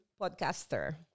podcaster